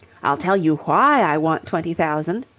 i'll tell you why i want twenty thousand.